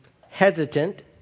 hesitant